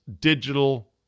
digital